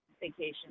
vacation